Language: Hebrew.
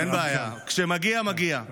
אין בעיה, כשמגיע מגיע.